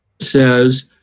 says